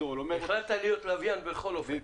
החלטת להיות לביאן בכל אופן.